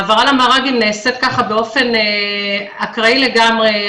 העברה למר"גים נעשית באופן אקראי לגמרי,